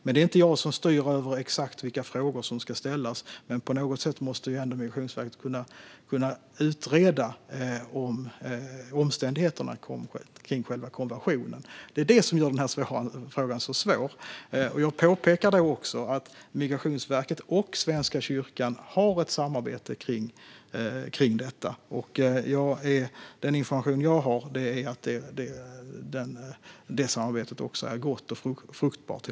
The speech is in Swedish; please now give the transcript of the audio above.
Men det är inte jag som styr över exakt vilka frågor som ska ställas. På något sätt måste ändå Migrationsverket kunna utreda omständigheterna kring konversionen. Det är det som gör den här frågan så svår. Jag vill påpeka att Migrationsverket och Svenska kyrkan har ett samarbete kring detta. Den information jag har är att det samarbetet är gott och fruktbart.